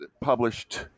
published